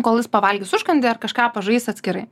kol jis pavalgys užkandį ar kažką pažais atskirai